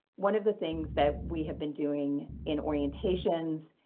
one of the things that we have been doing in orientations,